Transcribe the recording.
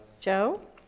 Joe